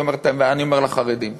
אני אומר לחרדים: